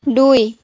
দুই